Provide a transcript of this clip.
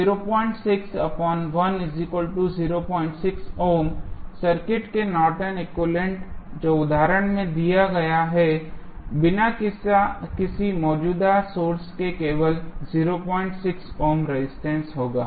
फिर सर्किट के Norton's equivalent Nortons equivalent जो उदाहरण में दिया गया है बिना किसी मौजूदा सोर्स के केवल 06 ओम रेजिस्टेंस होगा